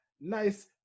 nice